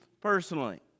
personally